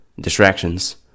distractions